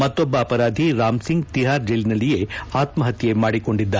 ಮತ್ತೊಬ್ಬ ಅಪರಾಧಿ ರಾಮ್ ಸಿಂಗ್ ತಿಹಾರ್ ಜೈಲಿನಲ್ಲಿಯೇ ಆತ್ಲಹತ್ತೆ ಮಾಡಿಕೊಂಡಿದ್ದ